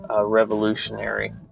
revolutionary